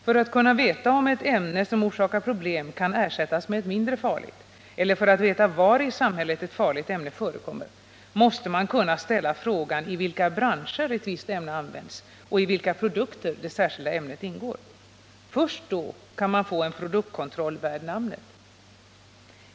För att kunna veta om ett ämne som orsakar problem kan ersättas med ett mindre farligt eller för att få veta var i samhället ett farligt ämne förekommer måste man kunna ställa frågan i vilka branscher ett visst ämne används och i vilka produkter det särskilda ämnet ingår. Först då kan man få en produktkontroll värd namnet.